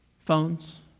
Phones